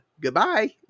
goodbye